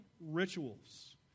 rituals